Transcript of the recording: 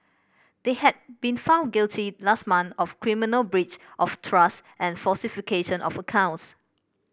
they had been found guilty last month of criminal breach of trust and falsification of accounts